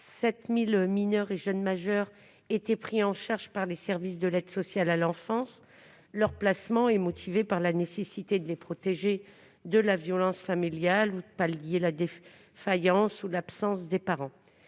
187 000 mineurs et jeunes majeurs étaient pris en charge par les services de l'aide sociale à l'enfance. Leur placement est motivé par la nécessité de les protéger de la violence familiale, de pallier la défaillance ou l'absence des parents.